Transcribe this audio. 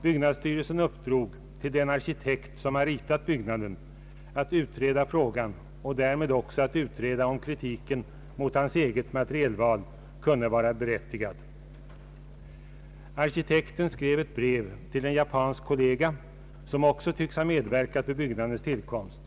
Byggnadsstyrelsen uppdrog åt den arkitekt som ritat byggnaden att utreda frågan och därmed också att utreda om kritiken mot hans eget materialval kunde vara berättigad. Arkitekten skrev ett brev till en japansk kollega som också tycks ha medverkat vid byggnadens tillkomst.